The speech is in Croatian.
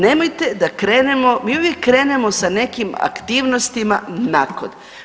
Nemojte da krenemo, mi uvijek krenemo sa nekim aktivnostima nakon.